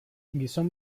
gizon